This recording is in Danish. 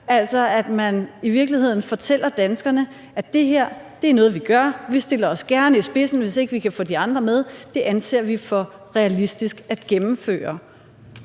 Man fortæller i virkeligheden danskerne, at det her er noget, vi gør; vi stiller os gerne i spidsen, hvis vi ikke kan få de andre med; det anser vi for realistisk at gennemføre.